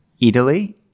Italy